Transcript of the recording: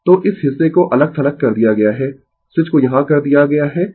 Refer Slide Time 1204 तो इस हिस्से को अलग थलग कर दिया गया है स्विच को यहां कर दिया गया है